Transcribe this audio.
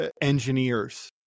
engineers